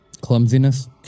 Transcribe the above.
Clumsiness